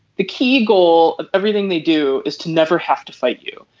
the key goal of everything they do is to never have to fight you.